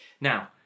Now